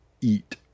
eat